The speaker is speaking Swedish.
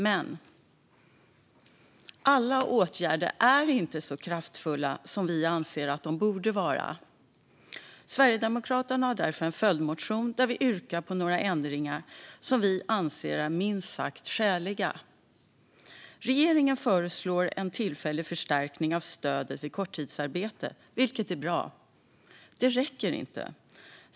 Men alla åtgärder är inte så kraftfulla som vi anser att de borde vara. Sverigedemokraterna har därför en följdmotion där vi yrkar på några ändringar som vi anser är minst sagt skäliga. Regeringen föreslår en tillfällig förstärkning av stödet vid korttidsarbete, vilket är bra. Men det räcker inte.